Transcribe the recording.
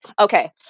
Okay